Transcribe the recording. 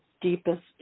deepest